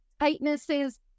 tightnesses